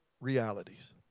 realities